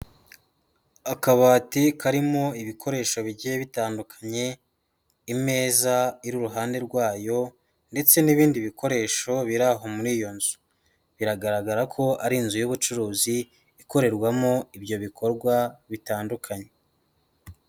Akabati karimo ibikoresho bigiye bitandukanye, imeza iri iruhande rwayo, ndetse n'ibindi bikoresho biraho muri iyo nzu, biragaragara ko ari inzu y'ubucuruzi ikorerwamo ibyo bikorwa bitandukanye.